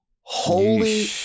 Holy